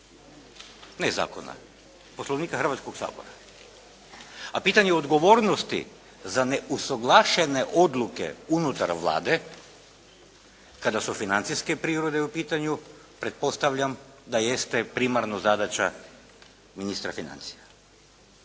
Ne zakona, Poslovnika Hrvatskog sabora. A pitanje odgovornosti za neusuglašene odluke unutar Vlade kada su financijske prirode u pitanju pretpostavljam da jeste primarno zadaća ministra financija.